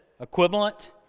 equivalent